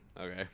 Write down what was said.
Okay